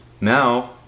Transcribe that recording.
now